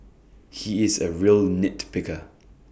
he is A real nit picker